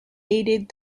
aided